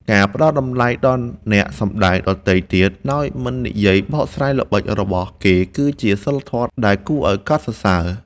ការផ្តល់តម្លៃដល់អ្នកសម្តែងដទៃទៀតដោយមិននិយាយបកស្រាយល្បិចរបស់គេគឺជាសីលធម៌ដែលគួរឱ្យកោតសរសើរ។